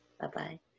Bye-bye